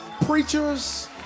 preachers